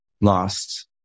lost